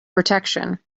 protection